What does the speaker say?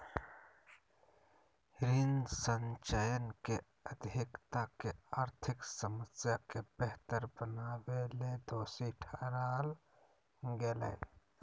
ऋण संचयन के अधिकता के आर्थिक समस्या के बेहतर बनावेले दोषी ठहराल गेलय